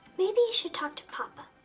maybe you should talk to papa.